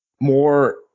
more